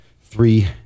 three